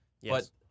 Yes